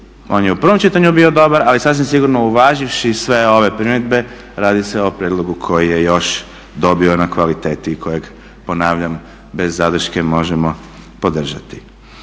On je u prvom čitanju bio dobar, ali sasvim sigurno uvaživši sve ove primjedbe, radi se o prijedlogu koji je još dobio na kvaliteti i kojeg ponavljam, bez zadrške možemo podržati.